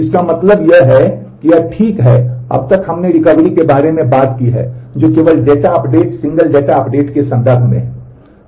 इसका मतलब यह है कि यह ठीक है अब तक हमने रिकवरी के बारे में बात की है जो केवल data update single data update के संदर्भ में है